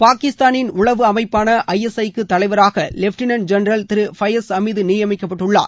பாகிஸ்தானின் உளவு அமைப்பான ஐ எஸ் ஐ க்கு தலைவராக லெப்டினன்ட் ஜென்ரல் திரு பயாஸ் அமீது நியமிக்கப்பட்டிருக்கிறார்